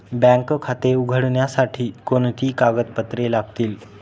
Bank खाते उघडण्यासाठी कोणती कागदपत्रे लागतील?